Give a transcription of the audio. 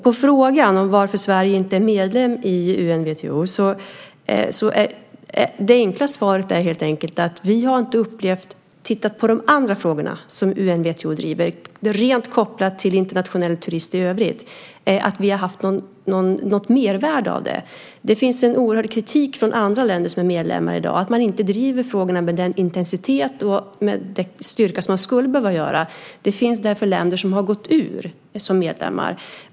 På frågan om varför Sverige inte är medlem i UNWTO är det enkla svaret helt enkelt att vi inte har tittat på de andra frågorna som UNWTO driver och som är rent kopplade till internationell turism i övrigt och om vi har haft något mervärde av det. Det finns en oerhört stor kritik från andra länder som är medlemmar där i dag att man inte driver frågorna med den intensitet och med den styrka som man skulle behöva göra. Det finns därför länder som har gått ur och inte längre är medlemmar.